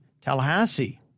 Tallahassee